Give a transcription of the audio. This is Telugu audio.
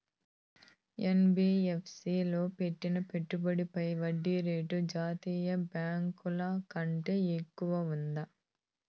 యన్.బి.యఫ్.సి లో పెట్టిన పెట్టుబడి పై వడ్డీ రేటు జాతీయ బ్యాంకు ల కంటే ఎక్కువగా ఉంటుందా?